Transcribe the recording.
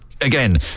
again